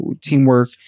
teamwork